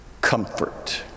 comfort